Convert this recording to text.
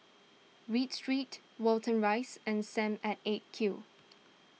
Read Street Watten Rise and Sam at eight Q